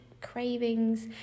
cravings